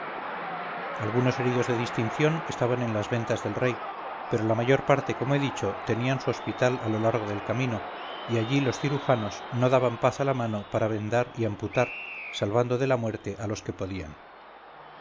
algunos heridos de distinción estaban en las ventas del rey pero la mayor parte como he dicho tenían su hospital a lo largo del camino y allí los cirujanos no daban paz a la mano para vendar y amputar salvando de la muerte a los que podían